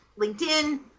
LinkedIn